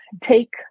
take